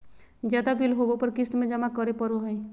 ज्यादा बिल होबो पर क़िस्त में जमा करे पड़ो हइ